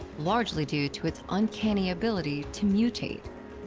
largely due to its uncanny ability to mutate.